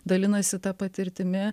dalinasi ta patirtimi